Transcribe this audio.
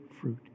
fruit